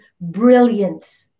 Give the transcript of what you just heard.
brilliant